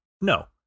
no